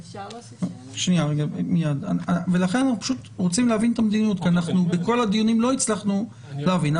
ולכן אנחנו רוצים להבין את המדיניות כי בכל הדיונים לא הצלחנו להבין.